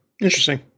Interesting